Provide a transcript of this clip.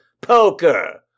Poker